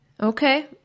Okay